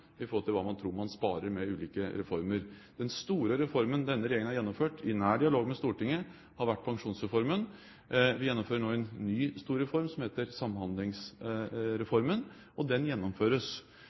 til hva man tror man sparer med ulike reformer. Den store reformen denne regjeringen har gjennomført, i nær dialog med Stortinget, har vært Pensjonsreformen. Vi gjennomfører nå en ny stor reform som heter